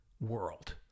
world